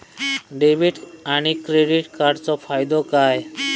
Debit आणि credit कार्डचो फायदो काय?